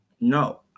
No